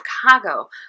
Chicago